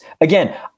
Again